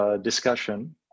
discussion